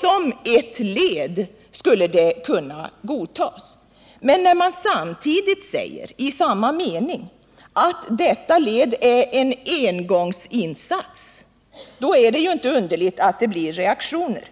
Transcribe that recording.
Som ett led i dessa strävanden skulle förslaget kunna godtas, men när man samtidigt — i samma mening — säger att detta är en engångsinsats är det inte underligt att det blir reaktioner.